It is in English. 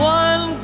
one